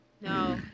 No